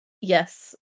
Yes